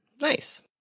nice